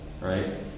right